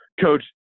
coach